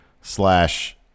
slash